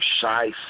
Shy